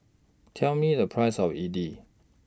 Tell Me The Price of Idili